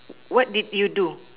what did you do